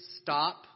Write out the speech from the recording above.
stop